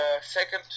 second